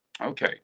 Okay